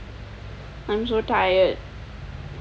I'm so tired